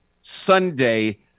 Sunday